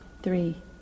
Three